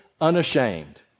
unashamed